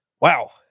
Wow